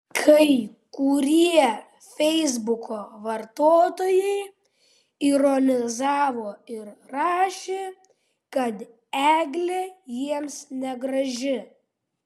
kai kurie feisbuko vartotojai ironizavo ir rašė kad eglė jiems negraži